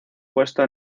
puesto